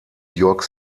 york